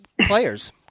players